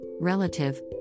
relative